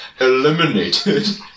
Eliminated